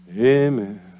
Amen